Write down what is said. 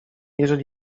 jeżeli